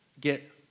get